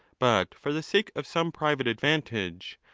but for the sake of some private advantage,